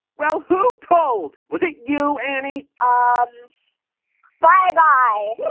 well, who told? was it you, annie? ah um bye-bye